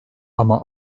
ama